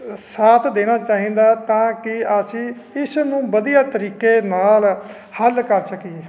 ਸ ਸ ਸਾਥ ਦੇਣਾ ਚਾਹੀਦਾ ਤਾਂ ਕਿ ਅਸੀਂ ਇਸ ਨੂੰ ਵਧੀਆ ਤਰੀਕੇ ਨਾਲ ਹੱਲ ਕਰ ਸਕੀਏ